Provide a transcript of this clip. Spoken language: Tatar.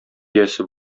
иясе